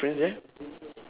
is there a difference there